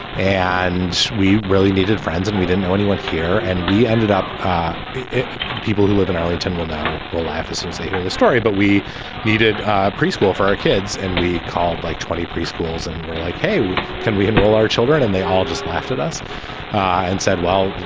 and we really needed friends and we didn't know anyone here. and we ended up ah people who live in arlington will now will laugh as soon as they hear the story. but we needed a pre-school for our kids and we called like twenty preschools and were like, hey, we can we enroll our children? and they all just laughed at us and said, well,